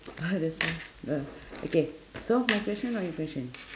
that's why uh okay so my question or your question